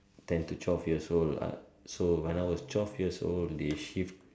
ten to twelve years old what so when I was twelve years old they shift